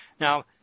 Now